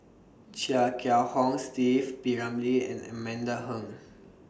Chia Kiah Hong Steve P Ramlee and Amanda Heng